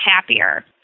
happier